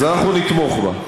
אז אנחנו נתמוך בה.